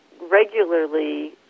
regularly